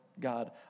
God